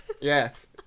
yes